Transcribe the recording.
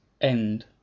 End